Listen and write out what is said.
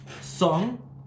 song